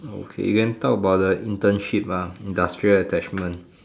okay we can talk about the internship ah industrial attachment